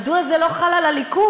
מדוע זה לא חל על הליכוד?